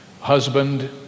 husband